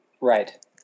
Right